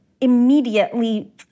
immediately